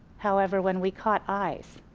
however when we caught eyes,